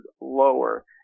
lower